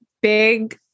big